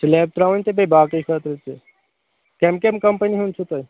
سلیب ترٛاوٕنۍ تہٕ بیٚیہِ باقٕے خٲطرٕ تہِ کٔمہِ کٔمہِ کمپٔنی ہُنٛد چھُو تۄہہِ